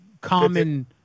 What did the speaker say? common